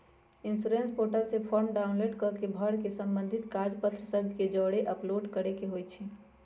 insurance portal से form download कऽ के भर के संबंधित कागज पत्र सभ के जौरे अपलोड करेके होइ छइ